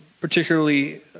particularly